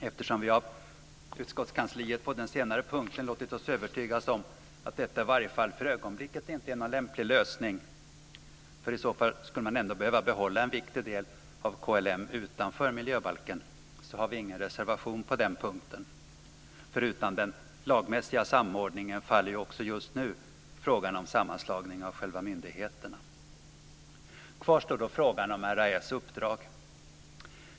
Eftersom vi av utskottskansliet på den senare punkten låtit oss övertygas om att detta i varje fall för ögonblicket inte är någon lämplig lösning - i så fall skulle man ändå behöva behålla en viktig del av KML utanför miljöbalken - har vi ingen reservation på den punkten. Utan den lagmässiga samordningen faller också just nu frågan om sammanslagning av själva myndigheterna. Kvar står då frågan om RAÄ:s uppdrag.